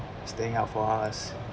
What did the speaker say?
staying up for all of us